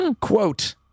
Quote